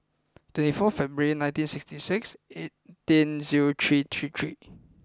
twenty four February nineteen sixty six eighteen zero three thirty three